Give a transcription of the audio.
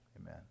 amen